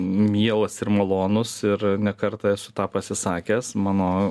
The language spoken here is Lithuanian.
mielas ir malonus ir ne kartą esu tą pasisakęs mano